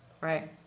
right